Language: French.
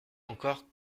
encore